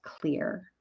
clear